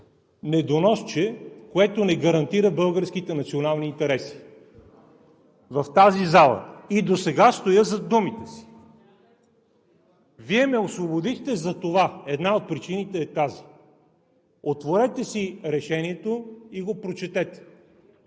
„недоносче, което не гарантира българските национални интереси“ – в тази зала. И досега стоя зад думите си. Вие ме освободихте затова, една от причините е тази. Отворете си Решението и го прочетете.